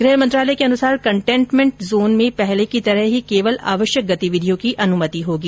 गृह मंत्रालय के अनुसार केन्टेनमेंट जोन में पहले की तरह ही केवल आवश्यक गतिविधियों की अनुमति होगी